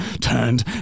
turned